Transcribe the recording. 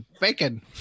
bacon